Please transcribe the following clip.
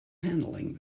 handling